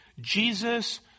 Jesus